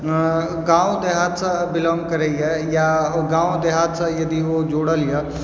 गाँव देहातसँ बिलाँग करैए या गाँव देहातसँ यदि ओ जुड़ल या